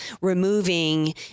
removing